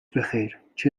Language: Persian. بخیر، چه